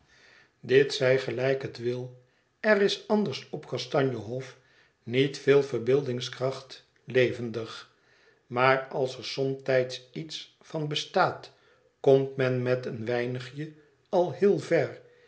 dit zij gelijk het wil er is anders op kastanje hof niet veel verbeeldingskracht levendig maar als er somtijds iets van bestaat komt men met een weinigje al heel ver